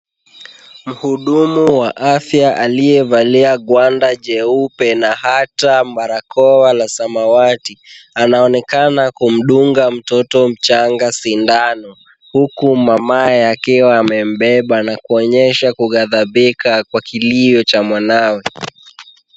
Mhudumu wa afya aliyevalia gwanda jeupe na hata barakoa la samawati, anaonekana kumdunga mtoto mchanga sindano huku, mamaye akiwa amembeba na kuonyesha kughadhabika kwa kilio cha mwanawe.